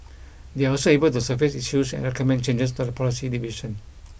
they are also able to surface issues and recommend changes to the policy division